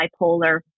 bipolar